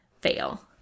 fail